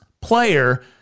player